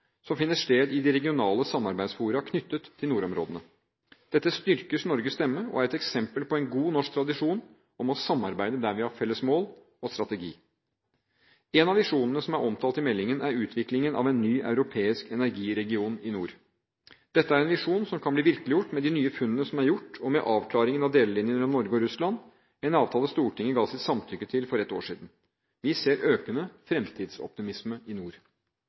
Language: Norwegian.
finner sted i de regionale samarbeidsfora knyttet til nordområdene. Dette styrker Norges stemme og er et eksempel på en god norsk tradisjon om å samarbeide der vi har felles mål og strategi. En av visjonene som er omtalt i meldingen, er utviklingen av en ny europeisk energiregion i nord. Dette er en visjon som kan bli virkeliggjort med de nye funnene som er gjort, og med avklaringen av delelinjen mellom Norge og Russland, en avtale Stortinget ga sitt samtykke til for ett år siden. Vi ser økende fremtidsoptimisme i nord.